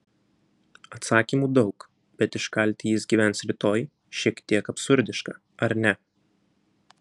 atsakymų daug bet iškalti jis gyvens rytoj šiek tiek absurdiška ar ne